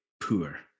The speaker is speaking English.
poor